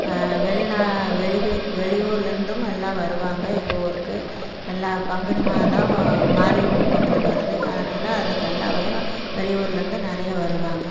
வெளிநா வெளிபெ வெளியூர்லேயிருந்தும் எல்லா வருவாங்க எங்க ஊருக்கு எல்லா பங்குனி மாதம் மாரியம்மன் பொங்கல் வருது அதனால் அதுக்கு எல்லாரும் வெளியூர்லேருந்து நிறைய வருவாங்க